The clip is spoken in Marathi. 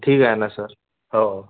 ठीक आहे ना सर हो